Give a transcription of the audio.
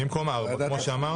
במקום ארבע ישיבות.